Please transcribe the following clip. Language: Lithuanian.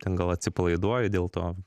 ten gal atsipalaiduoji dėl to